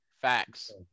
Facts